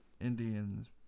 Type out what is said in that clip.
Indians